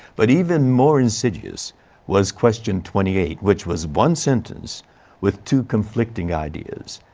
but even more insidious was question twenty eight which was one sentence with two conflicting ideas.